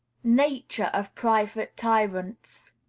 nature of private tyrants.